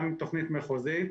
גם תוכנית מחוזית,